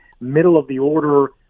middle-of-the-order